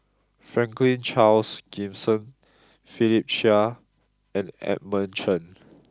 Franklin Charles Gimson Philip Chia and Edmund Chen